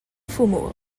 父母